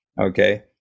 Okay